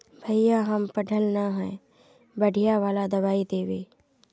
भैया हम पढ़ल न है बढ़िया वाला दबाइ देबे?